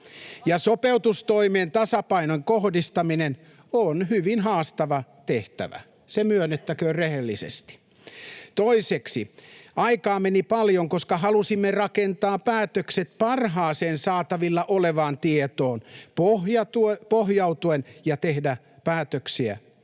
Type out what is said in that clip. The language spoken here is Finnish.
sopeutustoimien tasapainon kohdistaminen on hyvin haastava tehtävä, se myönnettäköön rehellisesti. Toiseksi, aikaa meni paljon, koska halusimme rakentaa päätökset parhaaseen saatavilla olevaan tietoon pohjautuen ja tehdä päätöksiä